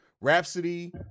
Rhapsody